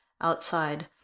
outside